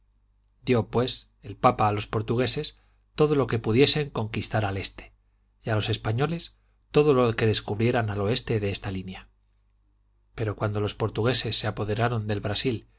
dio pues el papa a los portugueses todo lo que pudiesen conquistar al este y a los españoles todo lo que descubrieran al oeste de esta línea pero cuando los portugueses se apoderaron del brasil